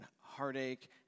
heartache